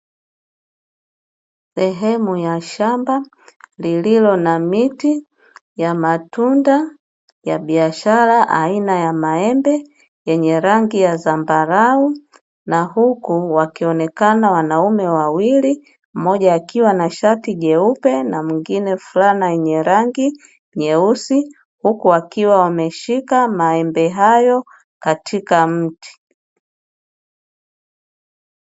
Sehemu ya shamba lililo na miti ya matunda ya biashara aina ya maembe yenye rangi ya zambarau, na huku wakionekana wanaume wawili mmoja akiwa na shati jeupe na mwingine fulana yenye rangi nyeusi, huku wakiwa wameshika maembe hayo katika mti.